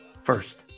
First